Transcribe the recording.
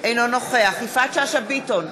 אינו נוכח יפעת שאשא ביטון,